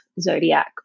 zodiac